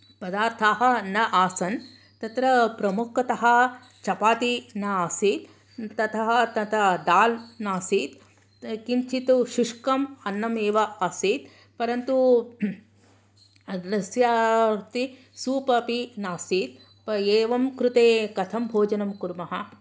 पदार्थाः न आसन् तत्र प्रुमखतः चपाति न आसीत् ततः ततः डाल् नासीत् किञ्चिद् शुष्कम् अन्नम् एव आसीत् परन्तु तस्या अपि सूप् अपि नासीत् एवं कृते कथं भोजनं कुर्मः